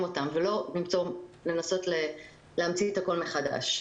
אותו ולא לנסות להמציא את הכול מחדש.